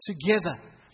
together